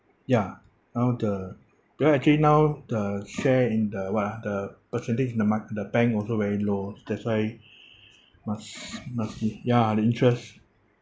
ya now the because actually now the share in the what ah the percentage in the mark~ the bank also very low that's why must must ya the interest